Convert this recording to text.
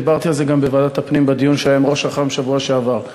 דיברתי על זה גם בוועדת הפנים בדיון שהיה עם ראש אח"מ בשבוע שעבר.